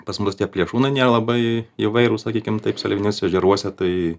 pas mus tie plėšrūnai nelabai įvairūs sakykim taip seliaviniuose ežeruose tai